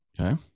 Okay